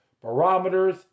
barometers